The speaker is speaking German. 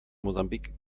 mosambik